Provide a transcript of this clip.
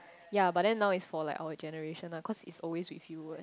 ya but then now is for like our generation ah cause it's always with you one